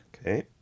Okay